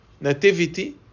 nativity